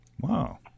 Wow